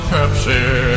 Pepsi